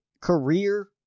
career